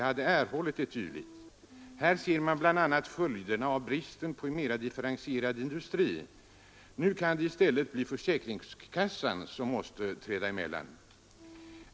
Här ser man bl.a. följderna av bristen på en mera differentierad industri. Nu kan det i stället bli försäkringskassan som får träda emellan.